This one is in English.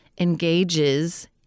engages